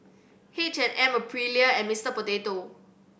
H and M Aprilia and Mister Potato